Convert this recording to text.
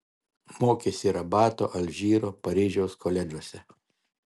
mokėsi rabato alžyro paryžiaus koledžuose